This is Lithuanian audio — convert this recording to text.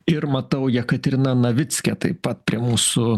ir matau jekaterina navickė taip pat prie mūsų